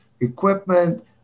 equipment